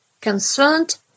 Concerned